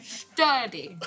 sturdy